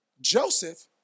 Joseph